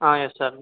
ah yes sir